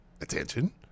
attention